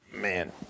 Man